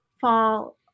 fall